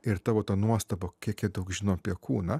ir tavo ta nuostaba kiek jie daug žino apie kūną